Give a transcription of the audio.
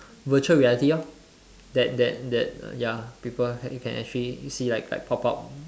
virtual reality lor that that that ya people can actually see like like pop up